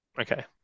Okay